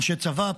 אנשי צבא,